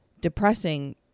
depressing